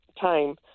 time